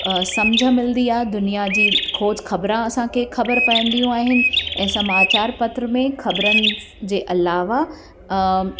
सम्झ मिलंदी आहे दुनिया जी खोज ख़बरां असांखे ख़बरु पवंदियूं आहिनि ऐं समाचार पत्र में ख़बरनि जे अलावा